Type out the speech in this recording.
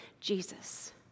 Jesus